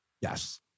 Yes